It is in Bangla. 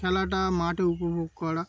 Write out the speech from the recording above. খেলাটা মাঠে উপভোগ করা